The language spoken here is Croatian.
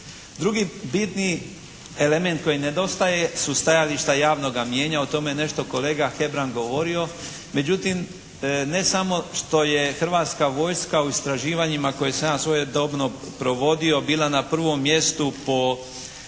Drugi bitni element koji nedostaje su stajališta javnoga mijenja. O tome je nešto kolega Hebrang govorio međutim ne samo što je Hrvatska vojska u istraživanjima koja sam svojedobno provodio bila na prvom mjestu po povjerenju